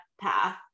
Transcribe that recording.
path